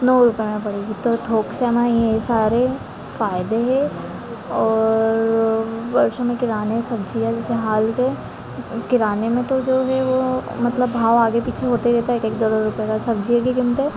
नौ रुपए में पड़ेगी तो थोक से हमें ये सारे फायदे है और बस हमें किराने सब्जियाँ जैसे हाल पे किराने में तो जो है वो मतलब भाव आगे पीछे होते रहता है एक एक दो दो रुपए का सब्जियों के दम पे